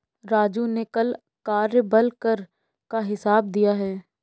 राजू ने कल कार्यबल कर का हिसाब दिया है